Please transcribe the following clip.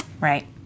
Right